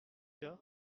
cas